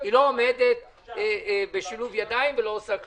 היא לא עומדת בשילוב ידיים ולא עושה כלום.